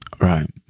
Right